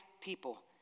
people